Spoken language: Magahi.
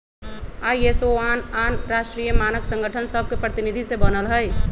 आई.एस.ओ आन आन राष्ट्रीय मानक संगठन सभके प्रतिनिधि से बनल हइ